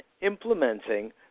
implementing